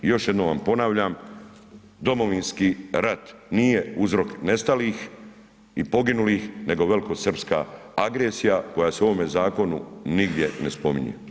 I još jednom vam ponavljam, Domovinski rat nije uzrok nestalih i poginulih, nego velikosrpska agresija koja se u ovome zakonu nigdje ne spominje.